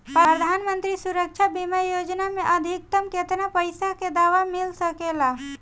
प्रधानमंत्री सुरक्षा बीमा योजना मे अधिक्तम केतना पइसा के दवा मिल सके ला?